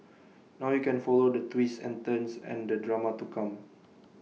now you can follow the twists and turns and the drama to come